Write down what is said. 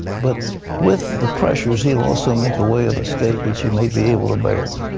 but with the pressures, he'll also make a way of escape that you may be able to bear them.